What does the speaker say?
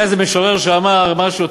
היה איזה משורר שאמר משהו,